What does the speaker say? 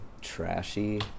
trashy